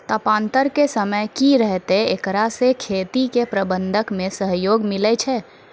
तापान्तर के समय की रहतै एकरा से खेती के प्रबंधन मे सहयोग मिलैय छैय?